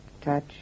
touch